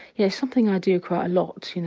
yeah something i do quite a lot you know